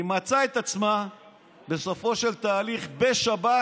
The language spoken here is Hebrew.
היא מצאה את עצמה בסופו של תהליך, בשבת,